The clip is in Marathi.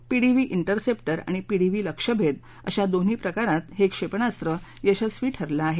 पीडीव्ही इंटरसेप्टर आणि पीडीव्ही लक्षभेद अशा दोन्ही प्रकारात हे क्षेपणास्त्र यशस्वी ठरलं आहे